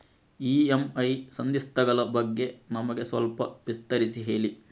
EMI ಸಂಧಿಸ್ತ ಗಳ ಬಗ್ಗೆ ನಮಗೆ ಸ್ವಲ್ಪ ವಿಸ್ತರಿಸಿ ಹೇಳಿ